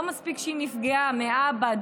לא מספיק שהיא נפגעה מאבא,